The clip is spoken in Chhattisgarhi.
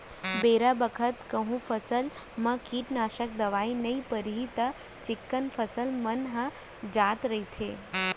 बेरा बखत कहूँ फसल म कीटनासक दवई नइ परिस त चिक्कन फसल मन ह जात रइथे